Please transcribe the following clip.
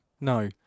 No